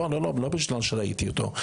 לא בגלל שראיתי אותו,